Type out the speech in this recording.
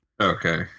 okay